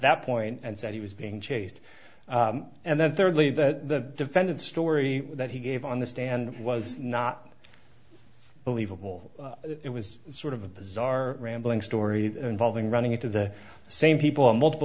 that point and said he was being chased and then thirdly the defendant story that he gave on the stand was not believable it was sort of a bizarre rambling story involving running into the same people on multiple